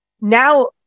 Now